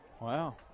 Wow